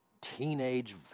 teenage